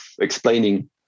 explaining